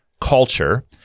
culture